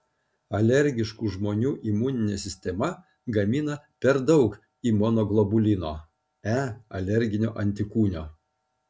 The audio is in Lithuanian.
alergiškų žmonių imuninė sistema gamina per daug imunoglobulino e alerginio antikūno